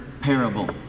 parable